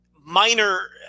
minor